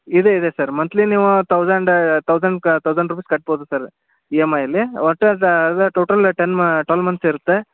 ಇದೆ ಇದೆ sir monthly ನೀವು ತೌಸಂಡ್ ತೌಸನ್ ತೌಸಂಡ್ ರುಪೀಸ್ ಕಟ್ಬೋದು ಸರ ಇ ಎಮ್ ಐಲಿ ಒಟ್ಟದು ಅದು ಟೋಟಲ್ ಟೆನ್ ಟ್ವೆಲ್ ಮಂತ್ ಇರುತ್ತೆ